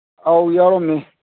ꯑꯥꯎ ꯌꯥꯎꯔꯝꯃꯤ